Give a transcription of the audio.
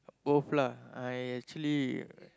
both lah I actually